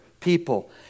people